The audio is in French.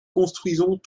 construisons